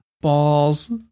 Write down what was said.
Balls